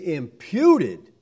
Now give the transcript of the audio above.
imputed